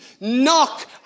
Knock